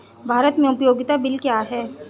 भारत में उपयोगिता बिल क्या हैं?